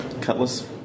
Cutlass